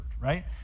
right